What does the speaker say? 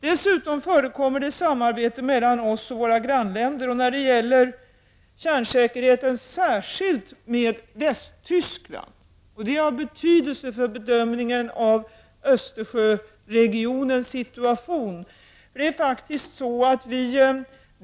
Dessutom förekommer det samarbete mellan oss och våra grannländer, och när det gäller kärnsäkerheten särskilt med Västtyskland. Det är av betydelse för bedömningen av Östersjöregionens situation.